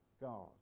God